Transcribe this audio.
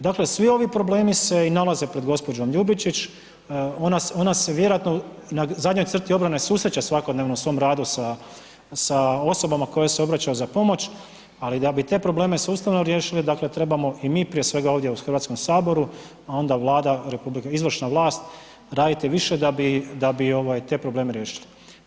Dakle, svi ovi problemi se i nalaze pred gospođom Ljubičić, ona se vjerojatno na zadnjoj crti obrane susreće svakodnevno u svom radu sa osobama koje joj se obraćaju za pomoć, ali da bi te probleme sustavno riješili, dakle trebamo i mi prije svega ovdje u Hrvatskom saboru, a onda Vlada RH, izvršna vlast, raditi više da bi ovaj te probleme riješili.